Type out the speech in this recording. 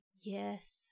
Yes